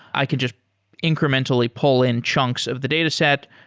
i can just incrementally pull in chunks of the dataset,